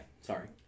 sorry